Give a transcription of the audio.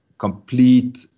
complete